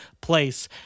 place